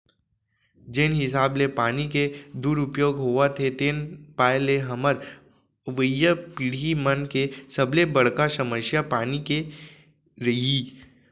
जेन हिसाब ले पानी के दुरउपयोग होवत हे तेन पाय ले हमर अवईया पीड़ही मन के सबले बड़का समस्या पानी के रइही